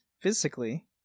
physically